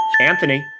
Anthony